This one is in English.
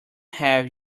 have